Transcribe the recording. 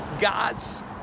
God's